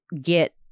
get